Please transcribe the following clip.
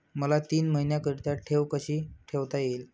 मला तीन महिन्याकरिता ठेव कशी ठेवता येईल?